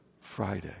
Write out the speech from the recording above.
Friday